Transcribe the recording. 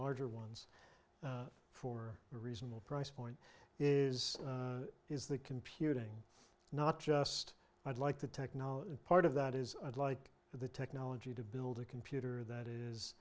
larger ones for a reasonable price point is is the computing not just i'd like the technology part of that is like the technology to build a computer that is